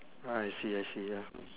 ah I see I see ya